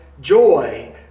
joy